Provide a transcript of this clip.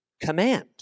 command